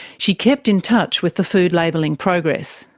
she kept in touch with the food labelling progress.